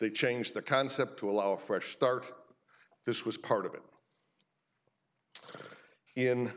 they changed the concept to allow a fresh start this was part of it in